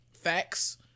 facts